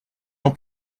jean